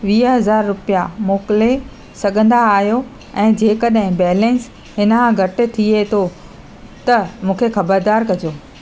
वीह हज़ार रुपिया मोकिले सघंदा आहियो ऐं जंहिं कॾहिं बैलेंस इनखां घटि थिए थो त मूंखे ख़बरदार कजो